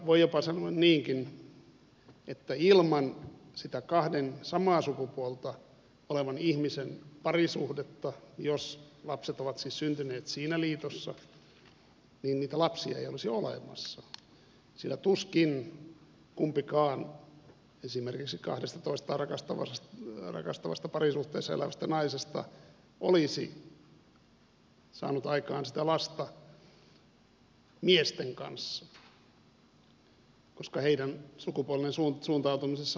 voi jopa sanoa niinkin että ilman sitä kahden samaa sukupuolta olevan ihmisen parisuhdetta jos lapset ovat siis syntyneet siinä liitossa niitä lapsia ei olisi olemassa sillä tuskin kumpikaan esimerkiksi kahdesta toistaan rakastavasta parisuhteessa elävästä naisesta olisi saanut aikaan sitä lasta miesten kanssa koska heidän sukupuolinen suuntautumisensa on toinen